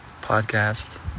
podcast